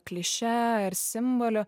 kliše ar simboliu